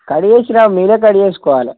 cut చేసిరావు మీరే cut చేసుకోవాలె